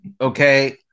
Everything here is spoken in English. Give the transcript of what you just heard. okay